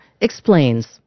explains